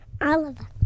Oliver